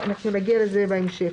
נגיע לזה בהמשך.